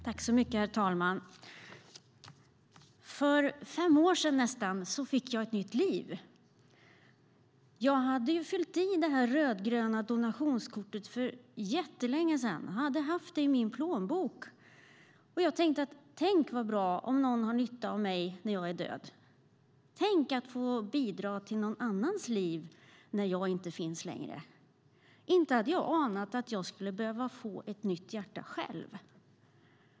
Herr talman! För fem år sedan fick jag ett nytt liv. Jag hade fyllt i det rödgröna donationskortet för länge sedan och hade haft det i min plånbok. Jag tänkte att det skulle vara bra om någon får nytta av mig när jag är död. Tänk att få bidra till någon annans liv när jag inte finns längre. Inte hade jag anat att jag skulle behöva ett nytt hjärta själv.